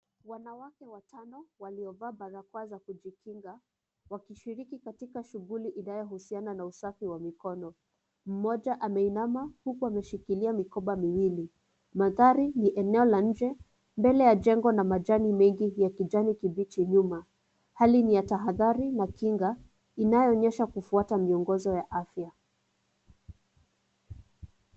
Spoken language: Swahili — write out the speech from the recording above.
Wanawake watano waliovaa barakoa za kujikinga, wakishiriki katika shughuli inayohusiana na usafi wa mikono. Mmoja ameinama huku ameshikilia mikoba miwili. Madhari ni eneo la nje mbele ya jengo na majani mengi ya kijani kibichi nyuma. Hali ni ya tahadhari na kinga inayoonyesha kufuata miongozo ya afya.